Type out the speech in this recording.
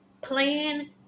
plan